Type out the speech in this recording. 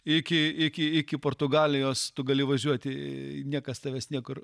iki iki iki portugalijos tu gali važiuoti niekas tavęs niekur